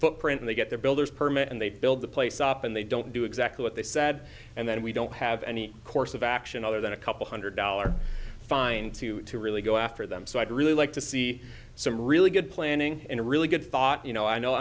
footprint they get the builders permit and they build the place up and they don't do exactly what they said and then we don't have any course of action other than a couple hundred dollars fine to really go after them so i'd really like to see some really good planning in a really good thought you know i know i